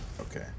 okay